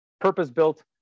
purpose-built